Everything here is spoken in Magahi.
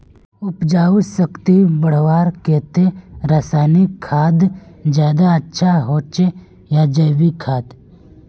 उपजाऊ शक्ति बढ़वार केते रासायनिक खाद ज्यादा अच्छा होचे या जैविक खाद?